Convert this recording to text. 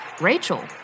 Rachel